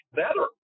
better